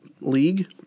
league